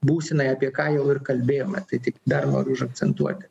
būsenai apie ką jau ir kalbėjome tai tik dar noriu užakcentuoti